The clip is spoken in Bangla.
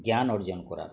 জ্ঞান অর্জন করার